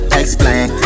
explain